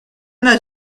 not